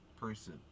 person